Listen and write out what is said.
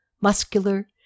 muscular